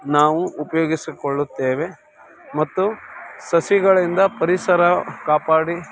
ನಾವು ಉಪಯೋಗಿಸಿಕೊಳ್ಳುತ್ತೇವೆ ಮತ್ತು ಸಸಿಗಳಿಂದ ಪರಿಸರ ಕಾಪಾಡಿ